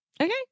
Okay